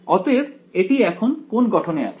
অতএব এটি এখন কোন গঠনে আছে